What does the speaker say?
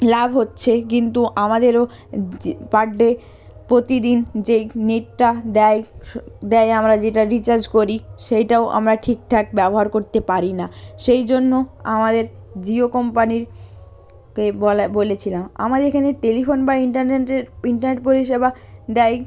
লাভ হচ্ছে কিন্তু আমাদেরও যে পার ডে প্রতিদিন যেই নেটটা দেয় দেয় আমরা যেটা রিচার্জ করি সেইটাও আমরা ঠিকঠাক ব্যবহার করতে পারি না সেই জন্য আমাদের জিও কোম্পানির কে বলা বলেছিলাম আমার এখানে টেলিফোন বা ইন্টারনেটের ইন্টারনেট পরিষেবা দেয়